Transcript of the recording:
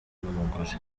n’umugore